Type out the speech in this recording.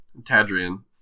Tadrian